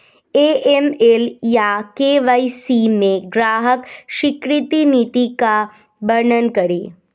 AML या KYC में ग्राहक स्वीकृति नीति का वर्णन करें?